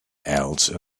else